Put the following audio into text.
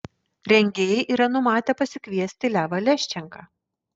rengėjai yra numatę pasikviesti levą leščenką